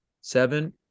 Seven